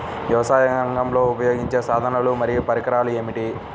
వ్యవసాయరంగంలో ఉపయోగించే సాధనాలు మరియు పరికరాలు ఏమిటీ?